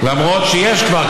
למרות שכבר יש,